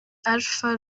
alpha